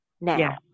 now